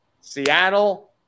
Seattle